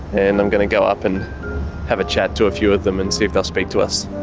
and i'm going to go up and have a chat to a few of them and see if they'll speak to us.